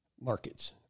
markets